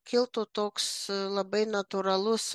kiltų toks labai natūralus